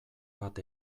bat